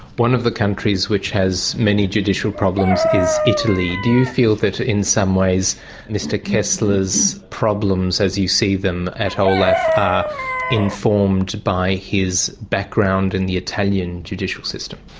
one of the countries which has many judicial problems is italy. do you feel that in some ways mr kessler's problems, as you see them, at olaf are informed by his background in the italian judicial system?